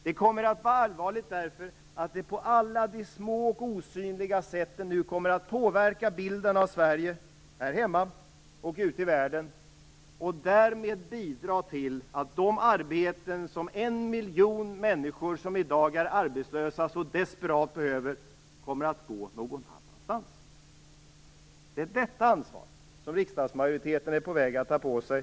Det kommer att vara allvarligt därför att det på alla de små och osynliga sätten nu kommer att påverka bilden av Sverige här hemma och ute i världen och därmed bidra till att de arbeten som en miljon människor, som i dag är arbetslösa, så desperat behöver kommer att gå någon annanstans. Det är detta ansvar som riksdagsmajoriteten är på väg att ta på sig.